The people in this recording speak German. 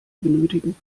benötigen